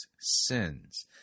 sins